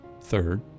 Third